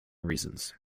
reasons